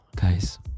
guys